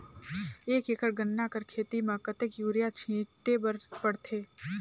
एक एकड़ गन्ना कर खेती म कतेक युरिया छिंटे बर पड़थे?